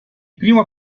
primo